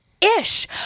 Ish